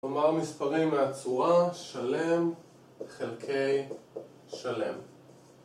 נאמר מספרים מהצורה שלם חלקי שלם